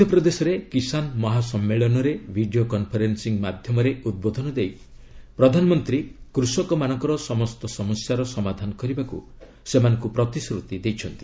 ମଧ୍ୟପ୍ରଦେଶରେ କିଷାନ୍ ମହାସମ୍ମେଳନରେ ଭିଡ଼ିଓ କନ୍ଫରେନ୍ଦିଂ ମାଧ୍ୟମରେ ଉଦ୍ବୋଧନ ଦେଇ ପ୍ରଧାନମନ୍ତ୍ରୀ କୃଷକମାନଙ୍କର ସମସ୍ତ ସମସ୍ୟାର ସମାଧାନ କରିବାକୁ ସେମାନଙ୍କୁ ପ୍ରତିଶ୍ରୁତି ଦେଇଛନ୍ତି